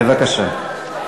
בבקשה.